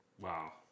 wow